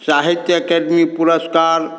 साहित्य एकेडमी पुरस्कार